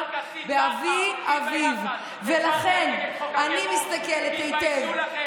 אבל אני רוצה לומר שאנשים שאני פוגשת בכל המחאות,